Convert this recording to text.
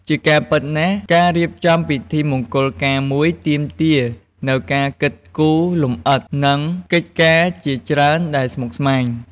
ជាការពិតណាស់ ការរៀបចំពិធីមង្គលការមួយទាមទារនូវការគិតគូរលម្អិត និងកិច្ចការជាច្រើនដែលស្មុគស្មាញ។